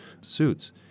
suits